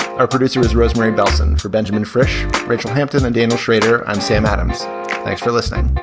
our producer is rosemary bellson for benjamin fresh. rachel hampton and daniel shrader. i'm sam adams. thanks for listening.